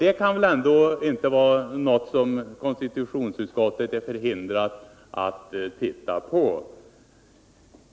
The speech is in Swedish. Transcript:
Detta kan väl ändå inte vara något som konstitutionsutskottet är förhindrat att titta på.